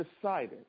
decided